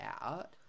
out